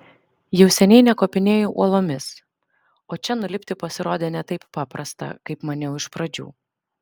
jau seniai nekopinėju uolomis o čia nulipti pasirodė ne taip paprasta kaip maniau iš pradžių